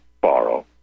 borrow